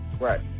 Right